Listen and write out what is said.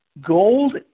gold